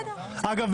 אגב,